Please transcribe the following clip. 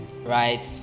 Right